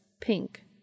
pink